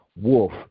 Wolf